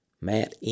Matt